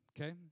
okay